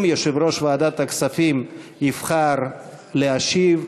אם יושב-ראש ועדת הכספים יבחר להשיב,